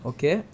Okay